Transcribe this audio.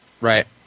Right